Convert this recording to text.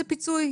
זה פיצוי,